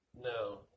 No